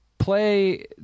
play